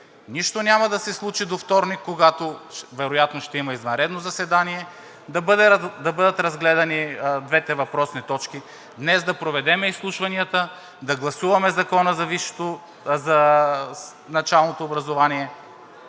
нищо няма да се случи до вторник, когато вероятно ще има извънредно заседание, да бъдат разгледани двете въпросни точки, а днес да проведем изслушванията и да гласуваме Закона за началното образование,